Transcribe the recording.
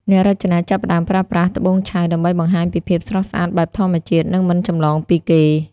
អ្នករចនាចាប់ផ្ដើមប្រើប្រាស់ "ត្បូងឆៅ" ដើម្បីបង្ហាញពីភាពស្រស់ស្អាតបែបធម្មជាតិ និងមិនចម្លងពីគេ។